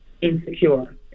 Insecure